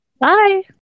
Bye